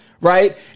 Right